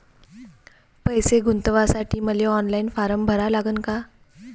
पैसे गुंतवासाठी मले ऑनलाईन फारम भरा लागन का?